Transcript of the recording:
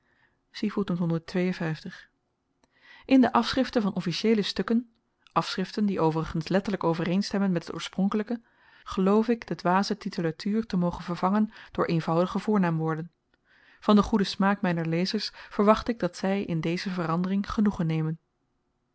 in de afschriften van officieele stukken afschriften die overigens letterlyk overeenstemmmen met het oorspronkelyke geloof ik de dwaze titulatuur te mogen vervangen door eenvoudige voornaamwoorden van den goeden smaak myner lezers verwacht ik dat zy in deze verandering genoegen nemen